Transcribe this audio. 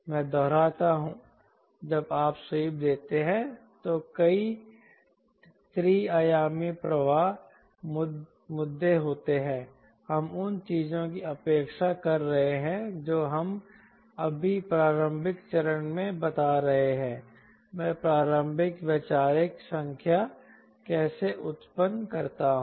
मैं दोहराता हूं जब आप स्वीप देते हैं तो कई त्रि आयामी प्रवाह मुद्दे होते हैं हम उन चीजों की उपेक्षा कर रहे हैं जो हम अभी प्रारंभिक चरण में बता रहे हैं मैं प्रारंभिक वैचारिक संख्या कैसे उत्पन्न करता हूं